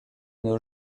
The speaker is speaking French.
nos